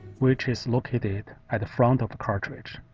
which is located at the front of the cartridge.